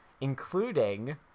including